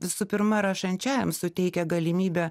visų pirma rašančiajam suteikia galimybę